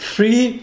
Free